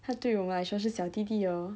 他对我们来说是小弟弟 orh